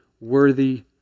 worthy